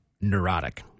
neurotic